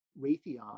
Raytheon